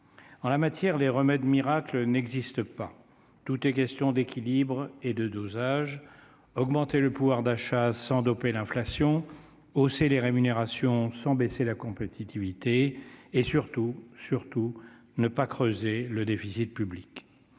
En la matière, les remèdes miracles n'existent pas. Tout est question d'équilibre et de dosage : augmenter le pouvoir d'achat sans doper l'inflation ; hausser les rémunérations sans baisser la compétitivité ; et, surtout, ne pas creuser le déficit public.